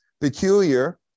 Peculiar